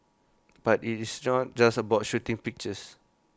but IT is just just about shooting pictures